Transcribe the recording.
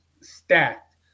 stacked